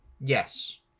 Yes